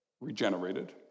regenerated